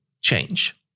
change